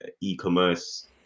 e-commerce